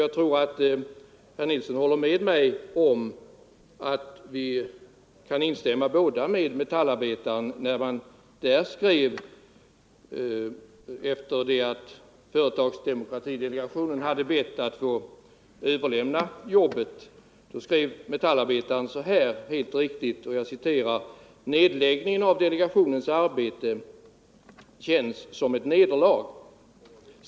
Jag tror att både herr Nilsson och jag kan instämma med Metallarbetaren som efter det att företagsdemokratidelegationen bett att få överlämna jobbet till andra organ skrev: ”Nedläggningen av delegationens arbete känns som ett nederlag.